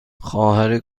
خواهر